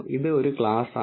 ഇത് ഒരു ക്ലാസാണ്